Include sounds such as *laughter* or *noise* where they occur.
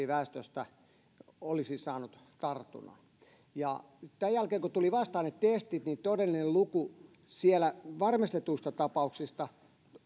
*unintelligible* väestöstä olisi saanut tartunnan tämän jälkeen kun tulivat vasta ainetestit niin todellinen luku varmistetuista tapauksista